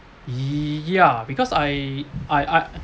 ya because I I I